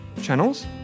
channels